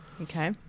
Okay